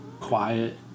quiet